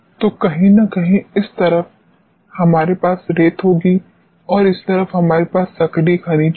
तो कहीं न कहीं इस तरफ हमारेपास रेत होगी और इस तरफ हमारे पास सक्रिय खनिज होंगे